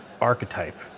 archetype